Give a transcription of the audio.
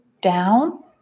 down